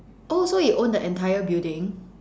oh so you own the entire building